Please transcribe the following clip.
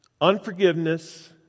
Unforgiveness